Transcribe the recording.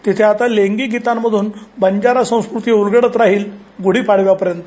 तिथे आता लेंगीगीतामधून बजारा संस्कृती उलगडत राहील गुढी पाडव्यापर्यंत